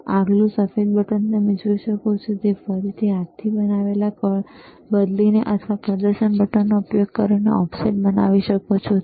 તેથી આગલું સફેદ બટન તમે જોઈ શકો છો તમે ફરીથી હાથથી બનાવેલ કળ બદલીને અથવા પ્રદર્શન બટનનો ઉપયોગ કરીને ઑફસેટ બનાવી શકો છો બરાબર